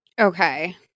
okay